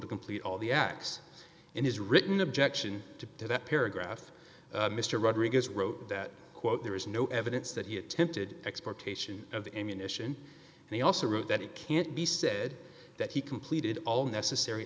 to complete all the acts in his written objection to that paragraph mr rodriguez wrote that quote there is no evidence that he attempted exportation of ammunition and he also wrote that it can't be said that he completed all necessary